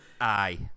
Aye